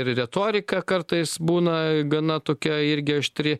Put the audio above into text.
retorika kartais būna gana tokia irgi aštri